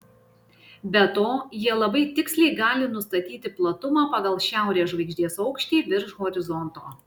be to jie labai tiksliai gali nustatyti platumą pagal šiaurės žvaigždės aukštį virš horizonto